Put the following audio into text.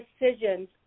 decisions